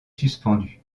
suspendu